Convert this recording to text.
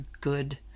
good